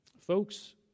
folks